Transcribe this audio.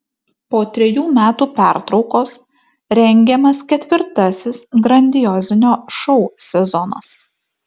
po trejų metų pertraukos rengiamas ketvirtasis grandiozinio šou sezonas